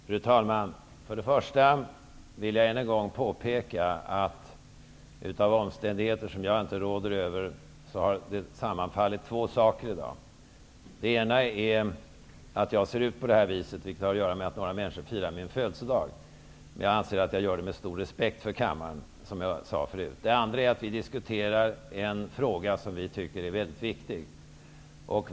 Fru talman! Jag vill än en gång påpeka att på grund av omständigheter som jag inte råder över, har två saker sammanfallit i dag. Det ena är att jag ser ut på det här viset. Det har att göra med att några människor firar min födelsedag. Jag anser att jag gör det med stor respekt för kammaren, som jag förut sade. Det andra är att vi diskuterar en fråga som vi tycker är mycket viktig.